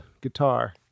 guitar